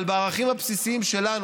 אבל בערכים הבסיסיים שלנו,